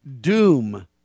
doom